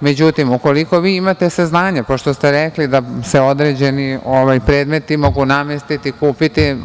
Međutim, ukoliko vi imate saznanje, pošto ste rekli da se određeni predmeti mogu namestiti, kupiti,